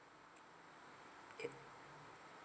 okay